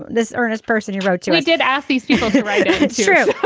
this earnest person who wrote to i did ask these people to write. it's true.